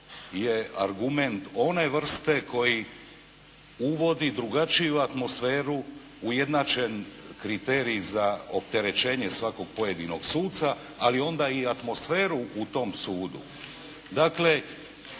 je argument one vrste koji uvodi drugačiju atmosferu, ujednačen kriterij za opterećenje svakog pojedinog suca ali onda i atmosferu u tom sudu.